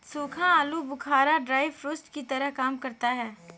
सूखा आलू बुखारा ड्राई फ्रूट्स की तरह काम करता है